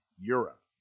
Europe